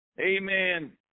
amen